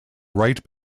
right